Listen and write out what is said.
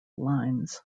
lines